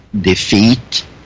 defeat